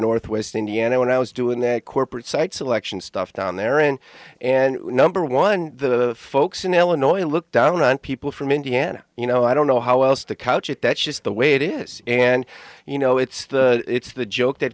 northwest indiana when i was doing their corporate site selection stuff down there and and number one the folks in illinois look down on people from indiana you know i don't know how else to couch it that's just the way it is and you know it's the it's the joke that